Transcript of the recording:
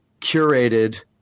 curated